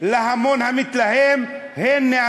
להמון המתלהם: הנה,